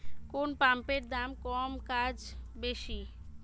কোন পাম্পের দাম কম কাজ বেশি?